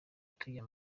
tujya